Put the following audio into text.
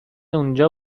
اونجا